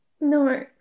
No